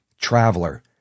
traveler